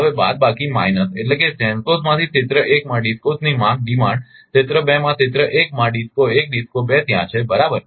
હવે બાદબાકી માઈનસ એટલે કે GENCOs માંથી ક્ષેત્ર 1 માં DISCOs ની માંગ ક્ષેત્ર 2 માં ક્ષેત્ર 1 માં DISCO 1 DISCO 2 ત્યાં છે બરાબર